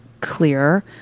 clear